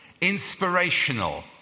Inspirational